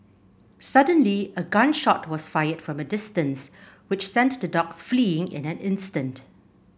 suddenly a gun shot was fired from a distance which sent the dogs fleeing in an instant